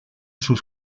sus